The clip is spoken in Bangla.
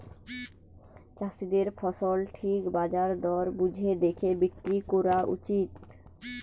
চাষীদের ফসল ঠিক বাজার দর বুঝে দেখে বিক্রি কোরা উচিত